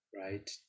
right